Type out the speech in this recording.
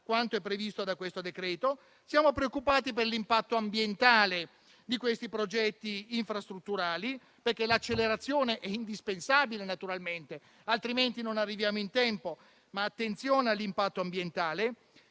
quanto è previsto da questo decreto-legge. Siamo preoccupati per l'impatto ambientale di questi progetti infrastrutturali, perché l'accelerazione è indispensabile, altrimenti non arriviamo in tempo. Attenzione però all'impatto ambientale.